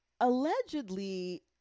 allegedly